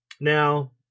Now